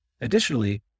Additionally